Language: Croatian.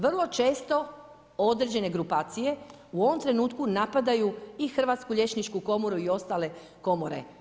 Vrlo često određene grupacije u ovom trenutku napadaju i Hrvatsku liječničku komoru i ostale komore.